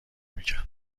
میکرد